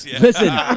Listen